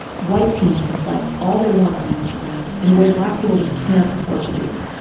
white teens can flex all they want on instagram in a way black people just can't afford to do.